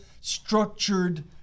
structured